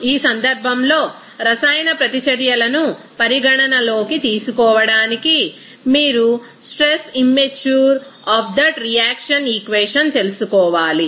ఈ సందర్భంలో రసాయన ప్రతిచర్యలను పరిగణనలోకి తీసుకోవడానికి మీరు stoichiometry of that reaction equation తెలుసుకోవాలి